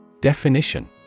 Definition